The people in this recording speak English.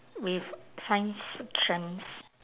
with science fictions